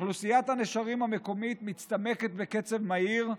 אוכלוסיית הנשרים המקומית מצטמקת בקצב מהיר,